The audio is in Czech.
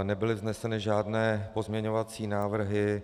Nebyly vzneseny žádné pozměňovací návrhy.